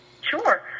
Sure